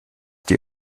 die